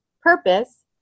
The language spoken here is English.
purpose